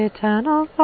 Eternal